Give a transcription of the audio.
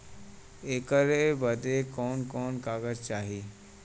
ऐकर बदे कवन कवन कागज चाही?